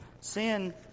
sin